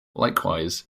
likewise